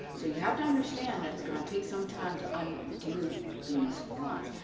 so you have to understand that it's going to take some time to undo these wrongs.